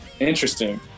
Interesting